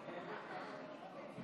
הן 43 בעד ו-49 נגד.